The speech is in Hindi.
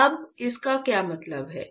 अब इसका क्या मतलब है